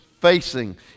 facing